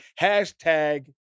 hashtag